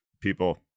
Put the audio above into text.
people